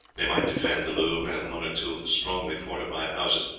they might defend the louvre and one or two of the strongly fortified houses,